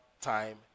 time